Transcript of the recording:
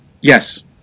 Yes